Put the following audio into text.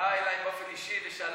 באה אליי באופן אישי ושאלה,